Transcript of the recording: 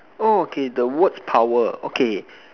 oh okay the words power okay